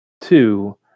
two